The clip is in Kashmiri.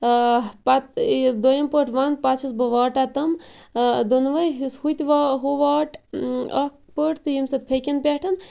پَتہٕ یہِ دوٚیِم پٔٹ وَنہٕ پَتہٕ چہَس بہٕ واٹان تِم دۄنوے یُس ہُتہِ وا ہُہ واٹ اکھ پٔٹ تہٕ ییٚمہِ سۭتۍ پھیٚکٮ۪ن پیٚٹھ